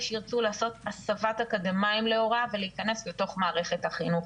שירצו לעשות הסבת אקדמאים להוראה ולהיכנס לתוך מערכת החינוך.